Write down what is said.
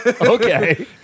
Okay